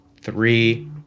Three